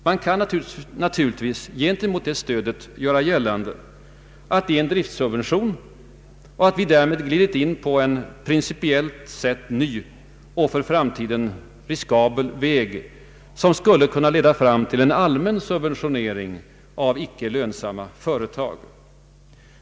Man kan naturligtvis gentemot detta stöd göra gällande att det är en driftssubvention och att vi därmed glidit in på en principiellt ny och för framtiden riskabel väg som skulle kunna leda fram till en allmän subventionering av icke lönsamma företag.